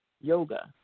yoga